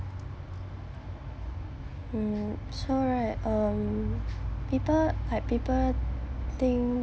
um so right um people like people think